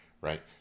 right